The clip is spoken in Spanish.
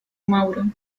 mauro